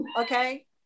okay